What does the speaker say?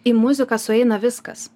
į muziką sueina viskas